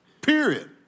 Period